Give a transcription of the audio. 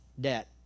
debt